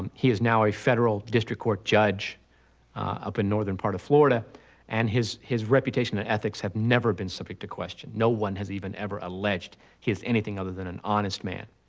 and he is now a federal district court judge up in northern part of florida and his his reputation and ethics have never been subject to question. no one has even ever alleged he is anything other than an honest man.